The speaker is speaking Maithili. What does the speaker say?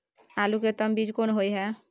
आलू के उत्तम बीज कोन होय है?